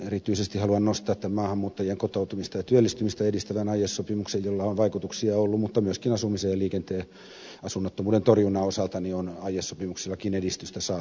erityisesti haluan nostaa esiin tämän maahanmuuttajan kotoutusta ja työllistymistä edistävän aiesopimuksen jolla on vaikutuksia ollut mutta myöskin asumisen ja liikenteen ja asunnottomuuden torjunnan osalta aiesopimuksillakin on edistystä saatu aikaan